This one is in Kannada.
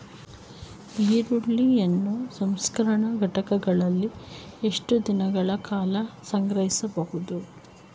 ಈರುಳ್ಳಿಯನ್ನು ಸಂಸ್ಕರಣಾ ಘಟಕಗಳಲ್ಲಿ ಎಷ್ಟು ದಿನಗಳ ಕಾಲ ಸಂಗ್ರಹಿಸಬಹುದು?